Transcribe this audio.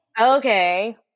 Okay